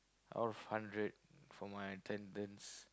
out of hundred for my attendance